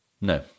No